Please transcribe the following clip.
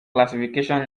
classification